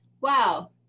wow